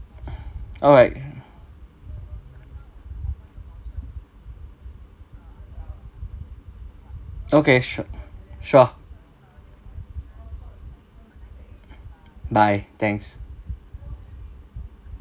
alright okay su~ sure bye thanks